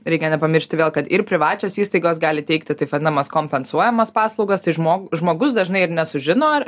reikia nepamiršti vėl kad ir privačios įstaigos gali teikti taip vadinamas kompensuojamas paslaugas žmog žmogus dažnai ir nesužino ar